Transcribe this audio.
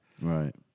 Right